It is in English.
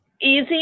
easy